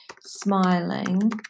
Smiling